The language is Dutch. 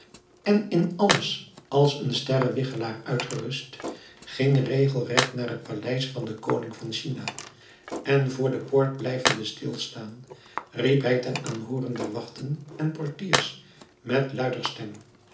en in alles als een sterrewigchelaar uitgerust ging regelregt naar het paleis van den koning van china en voor de poort blijvende stilstaan riep hij ten aanhooren der wachten en portiers met luider stem